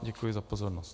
Děkuji vám za pozornost.